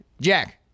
Jack